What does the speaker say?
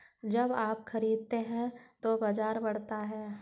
जब आप खरीदते हैं तो बाजार बढ़ता है